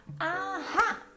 Aha